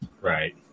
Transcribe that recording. right